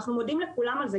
אנחנו מודים לכולם על זה,